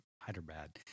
Hyderabad